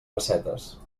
bassetes